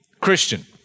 Christian